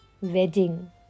wedding